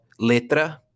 letra